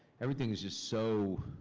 everything is just so.